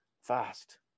fast